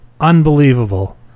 unbelievable